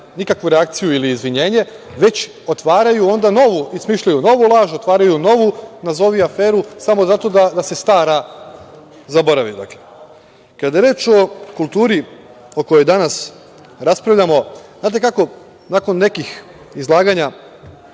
nikakvu reakciju ili izvinjenje, već otvaraju onda novu i smišljaju novu laž, otvaraju novu nazovi aferu, samo zato da se stara zaboravi. Kada je reč o kulturi o kojoj danas raspravljamo, znate kako, nakon nekih izlaganja